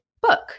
book